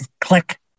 click